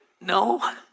No